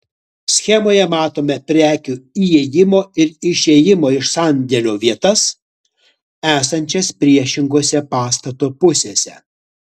schemoje matome prekių įėjimo ir išėjimo iš sandėlio vietas esančias priešingose pastato pusėse